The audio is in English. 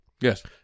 Yes